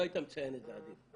לא היית מציין את זה, עדיף.